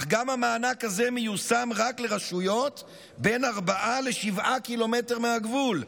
אך גם המענק הזה מיושם רק לרשויות שב-4 7 ק"מ מהגבול,